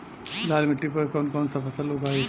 लाल मिट्टी पर कौन कौनसा फसल उगाई?